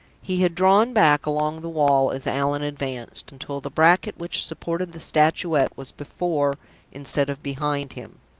he had drawn back along the wall as allan advanced, until the bracket which supported the statuette was before instead of behind him.